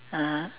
(uh huh)